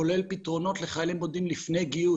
כולל פתרונות לחיילים בודדים לפני גיוס.